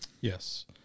Yes